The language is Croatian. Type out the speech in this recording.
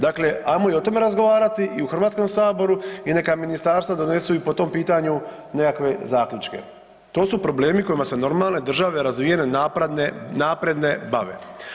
Dakle, ajmo i o tome razgovarati i u HS-u i neka ministarstva donesu i po tom pitanju nekakve zaključke, to su problemi kojima se normalne države, razvijene, napredne bave.